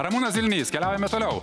ramūnas zilnys keliaujame toliau